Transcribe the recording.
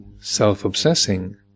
self-obsessing